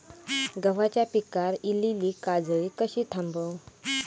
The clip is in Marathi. गव्हाच्या पिकार इलीली काजळी कशी थांबव?